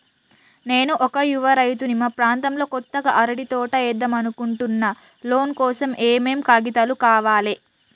నేను ఒక యువ రైతుని మా ప్రాంతంలో కొత్తగా అరటి తోట ఏద్దం అనుకుంటున్నా లోన్ కోసం ఏం ఏం కాగితాలు కావాలే?